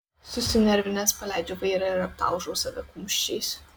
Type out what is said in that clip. susinervinęs paleidžiu vairą ir aptalžau save kumščiais